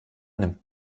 nimmt